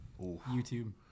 YouTube